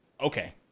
Okay